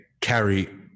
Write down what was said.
carry